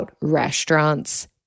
restaurants